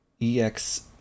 EX